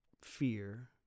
fear